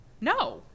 no